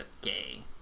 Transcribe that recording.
gay